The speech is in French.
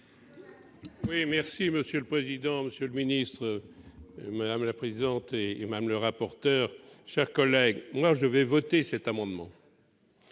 de vote. Monsieur le président, monsieur le ministre, madame la présidente, madame la rapporteure, chers collègues, je vais voter cet amendement.